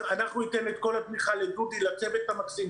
אנחנו ניתן את כל התמיכה לדודי ולצוות המקסים.